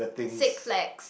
six legs